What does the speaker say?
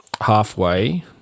halfway